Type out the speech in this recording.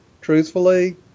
truthfully